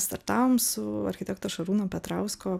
startavom su architekto šarūno petrausko